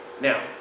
Now